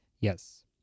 Yes